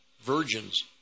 virgins